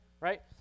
Right